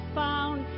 found